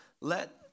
Let